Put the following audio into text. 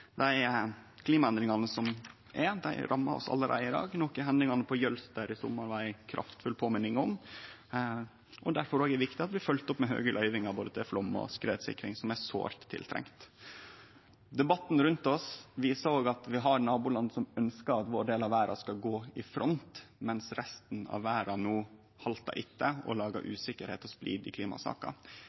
Dei klimaendringane som er, rammar oss allereie i dag, noko hendingane på Jølster i sommar var ei kraftfull påminning om. Òg difor er det viktig at vi følgde opp med høge løyvingar både til flaum- og skredsikring, som er sårt tiltrengt. Debatten rundt oss viser òg at vi har naboland som ønskjer at vår del av verda skal gå i front, mens resten av verda no haltar etter og lagar usikkerheit og splid i